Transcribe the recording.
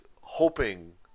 hoping